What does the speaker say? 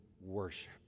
worship